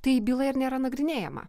tai byla ir nėra nagrinėjama